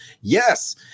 Yes